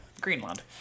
Greenland